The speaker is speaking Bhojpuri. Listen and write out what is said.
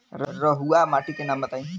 रहुआ माटी के नाम बताई?